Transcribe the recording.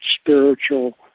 spiritual